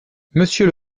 monsieur